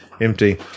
empty